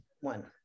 one